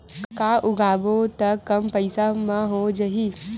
का उगाबोन त कम पईसा म हो जाही?